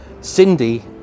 Cindy